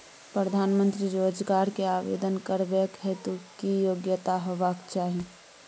प्रधानमंत्री रोजगार के आवेदन करबैक हेतु की योग्यता होबाक चाही?